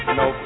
no